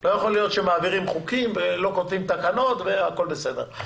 לא יכול להיות שמעבירים חוקים ולא כותבים תקנות והכול בסדר.